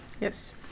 Yes